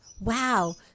Wow